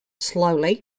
slowly